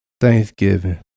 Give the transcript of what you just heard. Thanksgiving